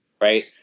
right